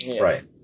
Right